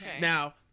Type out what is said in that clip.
Now